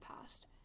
past